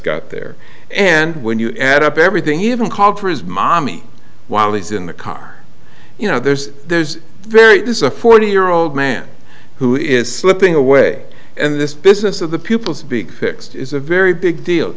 got there and when you add up everything he ever called for his mommy while he's in the car you know there's there's very disappointed year old man who is slipping away and this business of the people's big fixed is a very big deal